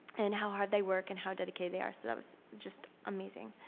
and how hard they work and how dedicated they are, so that was just amazing.